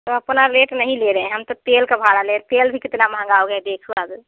तो अपना रेट नहीं ले रहे हम तो तेल का भाड़ा ले तेल भी कितना महंगा हो गया है देखो आगे